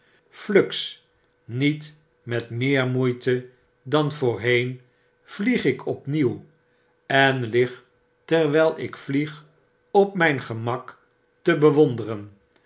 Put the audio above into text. fluks niet met meer moeite dan voorheen vlieg ik opnieuw en lig terwyl ik vlieg op mjjn gemak te bewonderen